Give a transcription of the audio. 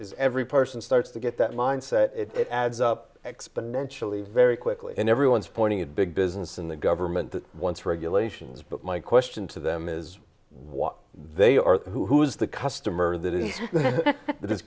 is every person starts to get that mindset it adds up exponentially very quickly and everyone's pointing at big business and the government that once regulations but my question to them is what they are who is the customer that is that is